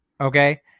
Okay